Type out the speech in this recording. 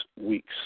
weeks